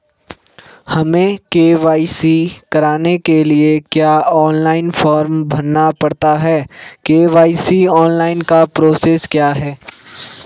हमें के.वाई.सी कराने के लिए क्या ऑनलाइन फॉर्म भरना पड़ता है के.वाई.सी ऑनलाइन का प्रोसेस क्या है?